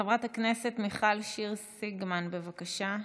חברת הכנסת מיכל שיר סיגמן, בבקשה.